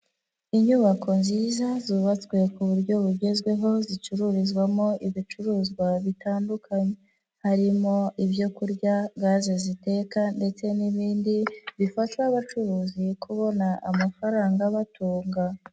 Inyubako nziza zubatswe ku buryo bugezweho zicururizwamo ibicuruzwa bitandukanye, harimo ibyo kurya, gaze ziteka ndetse n'ibindi bifasha abacuruzi kubona amafaranga batunga.